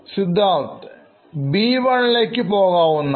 Siddharth B1 ലേക്ക് പോകാവുന്നതാണ്